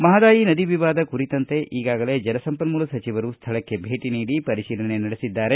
ಮಹಾದಾಯಿ ನದಿ ವಿವಾದ ಕುರಿತಂತೆ ಈಗಾಗಲೇ ಜಲಸಂಪನ್ನೂಲ ಸಚಿವರು ಸ್ಥಳಕ್ಕೆ ಭೇಟಿ ನೀಡಿ ಪರಿಶೀಲನೆ ನಡೆಸಿದ್ದಾರೆ